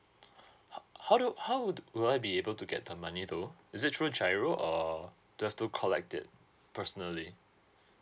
h~ how do how would would I be able to get the money though is it through giro or do you have to collect it personally